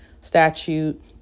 statute